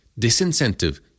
disincentive